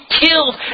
killed